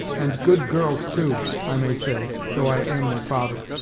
and good girls too, i may say, though i am their father.